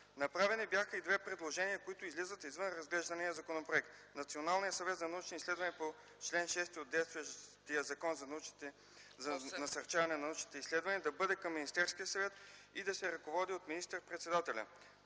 Направени бяха и две предложения, които излизат извън разглеждания законопроект: Националният съвет за научни изследвания по чл. 8 от действащия Закон за насърчаване на научните изследвания, да бъде към Министерския съвет и да се ръководи от министър-председателя.